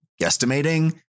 guesstimating